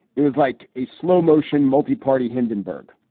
it was like a slow motion multi-party hindenburg.